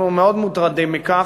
אנחנו מאוד מוטרדים מכך.